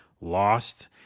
lost